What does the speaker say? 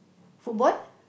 football